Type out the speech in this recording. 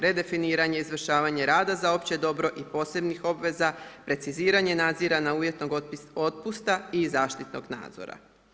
Redefiniranje, izvršavanje rada za opće dobro i posebnih obveza, preciziranje nadziranja uvjetnog otpusta i zaštitnog nadzora.